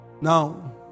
now